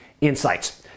insights